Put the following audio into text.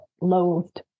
loathed